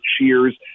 Cheers